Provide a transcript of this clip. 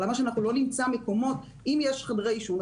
למה שלא נמצא מקומות אם יש חדרי עישון,